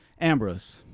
ambrose